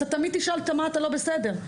אתה תמיד תשאל במה אתה לא בסדר,